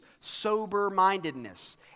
sober-mindedness